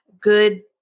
good